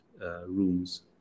rooms